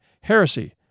heresy